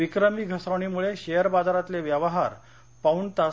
विक्रमी घसरणीमुळे शेअरबाजारातले व्यवहार पाऊण तास